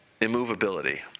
immovability